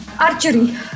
Archery